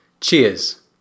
Cheers